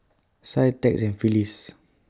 Sie Tex and Phyliss